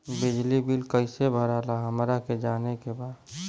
बिजली बिल कईसे भराला हमरा के जाने के बा?